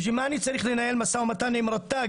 בשביל מה אני צריך לנהל משא מתן רט"ג